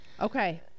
Okay